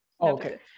okay